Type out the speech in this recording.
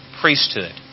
priesthood